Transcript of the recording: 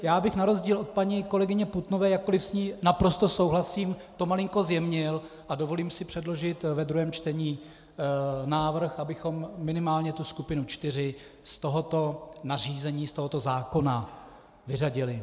Já bych na rozdíl od paní kolegyně Putnové, jakkoli s ní naprosto souhlasím, to malinko zjemnil, a dovolím si předložit v druhém čtení návrh, abychom minimálně skupinu čtyři z tohoto nařízení, z tohoto zákona vyřadili.